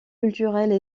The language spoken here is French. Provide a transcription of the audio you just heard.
culturelles